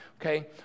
okay